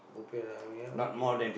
bo pian lah I mean okay